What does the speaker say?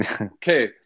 Okay